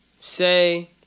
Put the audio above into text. say